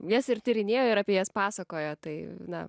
jas ir tyrinėjo ir apie jas pasakojo tai na